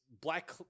black